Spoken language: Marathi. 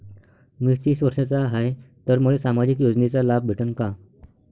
मी तीस वर्षाचा हाय तर मले सामाजिक योजनेचा लाभ भेटन का?